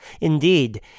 Indeed